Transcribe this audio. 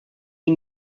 die